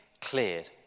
cleared